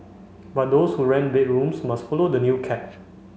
but those who rent bedrooms must follow the new cap